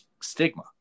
stigma